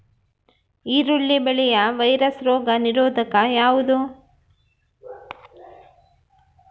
ಈರುಳ್ಳಿ ಬೆಳೆಯ ವೈರಸ್ ರೋಗ ನಿರೋಧಕ ಯಾವುದು?